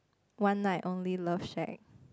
one night only love shack